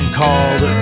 called